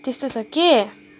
त्यस्तो छ के